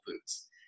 foods